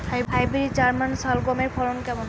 Hybrid German শালগম এর ফলন কেমন?